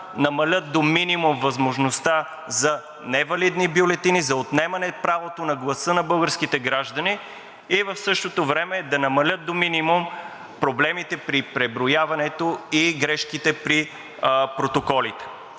намалят до минимум възможността за невалидни бюлетини, за отнемане правото на гласа на българските граждани и в същото време да намалят до минимум проблемите при преброяването и грешките при протоколите.